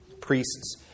priests